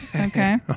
Okay